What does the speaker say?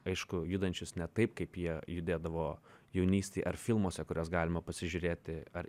aišku judančius ne taip kaip jie judėdavo jaunystėj ar filmuose kuriuos galima pasižiūrėti ar